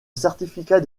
certificat